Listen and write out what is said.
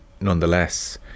nonetheless